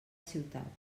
ciutat